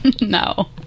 No